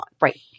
Right